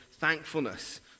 thankfulness